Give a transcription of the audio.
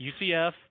UCF